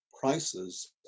prices